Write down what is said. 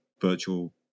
virtual